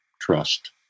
trust